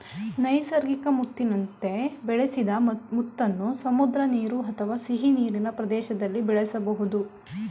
ನೈಸರ್ಗಿಕ ಮುತ್ತಿನಂತೆ ಬೆಳೆಸಿದ ಮುತ್ತನ್ನು ಸಮುದ್ರ ನೀರು ಅಥವಾ ಸಿಹಿನೀರಿನ ಪ್ರದೇಶ್ದಲ್ಲಿ ಬೆಳೆಸ್ಬೋದು